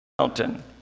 mountain